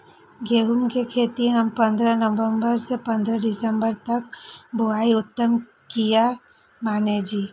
गेहूं के खेती हम पंद्रह नवम्बर से पंद्रह दिसम्बर तक बुआई उत्तम किया माने जी?